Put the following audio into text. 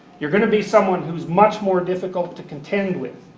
you're going to be someone who's much more difficult to contend with.